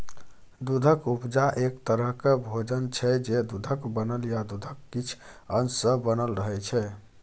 दुधक उपजा एक तरहक भोजन छै जे दुधक बनल या दुधक किछ अश सँ बनल रहय छै